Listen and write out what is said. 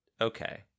Okay